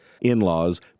in-laws